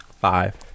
Five